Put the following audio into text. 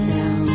now